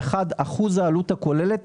אחוז העלות הכוללת,